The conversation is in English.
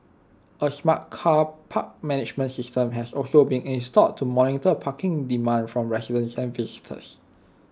A smart car park management system has also been installed to monitor parking demand from residents and visitors